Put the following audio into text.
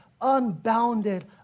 unbounded